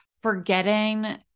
forgetting